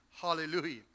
Hallelujah